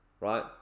right